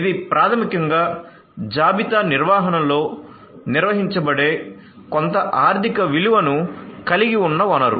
ఇది ప్రాథమికంగా జాబితా నిర్వహణలో నిర్వహించబడే కొంత ఆర్థిక విలువను కలిగి ఉన్న వనరు